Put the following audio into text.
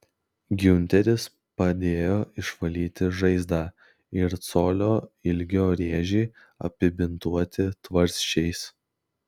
giunteris padėjo išvalyti žaizdą ir colio ilgio rėžį apibintuoti tvarsčiais